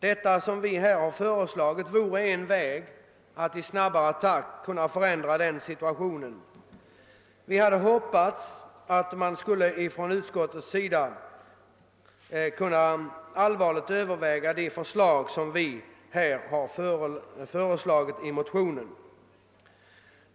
De åtgärder som vi motionärer föreslagit vore en väg att gå för att i snabbare takt förbättra situationen därvidlag. Vi hade hoppats att utskottsmajoriteten skulle allvarligt överväga de förslag som vi har framlagt.